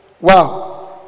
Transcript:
Wow